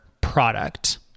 product